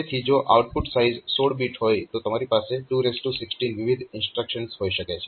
તેથી જો output size 16 bit હોય તો તમારી પાસે 216 વિવિધ ઇન્સ્ટ્રક્શન્સ હોઈ શકે છે